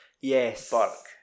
Yes